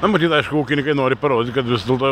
na matyt ūkininkai nori parodyt kad vis dėlto